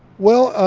well,